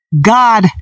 God